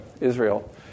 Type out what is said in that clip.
Israel